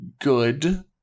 good